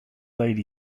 lady